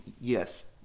yes